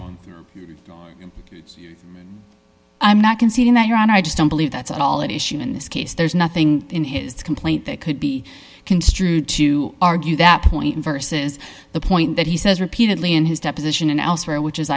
l i'm not conceding that your honor i just don't believe that's all it issue in this case there's nothing in his complaint that could be construed to argue that point versus the point that he says repeatedly in his deposition and elsewhere which is